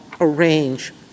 arrange